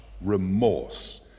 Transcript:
remorse